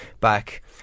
back